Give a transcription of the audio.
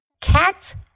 cats